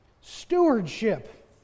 stewardship